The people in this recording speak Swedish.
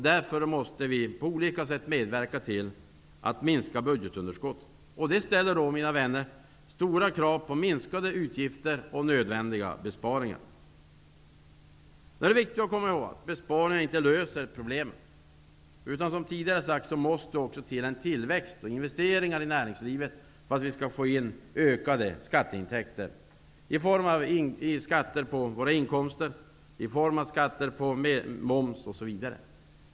Därför måste vi på olika sätt medverka till att minska budgetunderskottet. Det ställer, mina vänner, stora krav på minskade utgifter och nödvändiga besparingar. Det är viktigt att komma ihåg att besparingar inte löser problemen. Som tidigare sagts måste det också till en tillväxt och investeringar i näringslivet för att vi skall få in ökade skatteintäkter i form av skatter på våra inkomster, i form av moms osv.